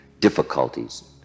difficulties